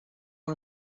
one